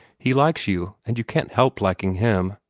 he likes you, and you can't help liking him.